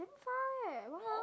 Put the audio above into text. far eh !walao!